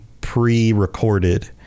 pre-recorded